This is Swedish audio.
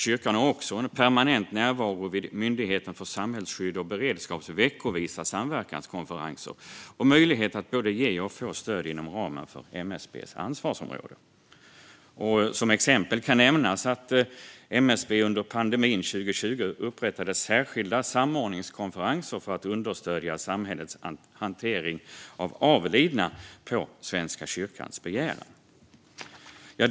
Kyrkan har också en permanent närvaro vid Myndigheten för samhällsskydd och beredskaps veckovisa samverkanskonferenser och möjlighet att både ge och få stöd inom ramen för MSB:s ansvarsområde. Som exempel kan nämnas att MSB under pandemin 2020 upprättade särskilda samordningskonferenser för att understödja samhällets hantering av avlidna på Svenska kyrkans begäran.